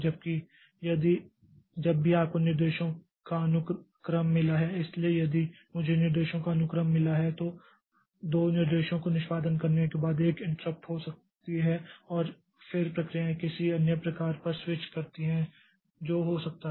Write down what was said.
जबकि यदि जब भी आपको निर्देशों का अनुक्रम मिला है इसलिए यदि मुझे निर्देशों का अनुक्रम मिला है तो दो निर्देशों को निष्पादित करने के बाद एक इंट्रप्ट हो सकती है और फिर प्रक्रियाएं किसी अन्य प्रक्रिया पर स्विच करती हैं जो हो सकता है